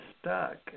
stuck